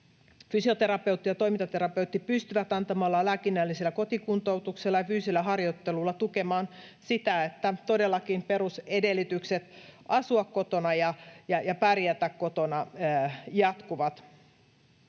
Fysioterapeutti ja toimintaterapeutti pystyvät antamallaan lääkinnällisellä kotikuntoutuksella ja fyysisellä harjoittelulla tukemaan sitä, että todellakin perusedellytykset asua kotona ja pärjätä kotona jatkuvat.